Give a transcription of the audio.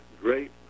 great